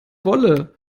wolle